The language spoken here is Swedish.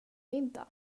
middag